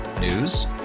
News